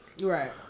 Right